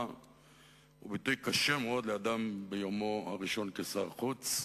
הוא ביטוי קשה מאוד לאדם ביומו הראשון כשר החוץ,